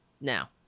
Now